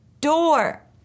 door